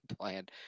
plan